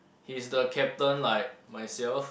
he's the captain like myself